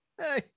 hey